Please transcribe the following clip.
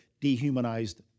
dehumanized